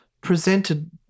presented